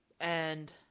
and-